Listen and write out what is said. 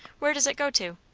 where does it go to?